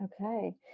Okay